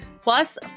plus